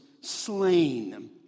Slain